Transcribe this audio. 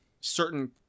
certain